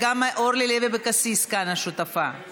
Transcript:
וגם אורלי לוי אבקסיס שותפה כאן.